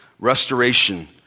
Restoration